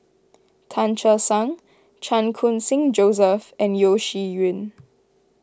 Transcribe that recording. Tan Che Sang Chan Khun Sing Joseph and Yeo Shih Yun